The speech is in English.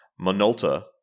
Minolta